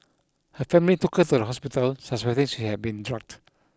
her family took her to the hospital suspecting she had been drugged